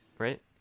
Right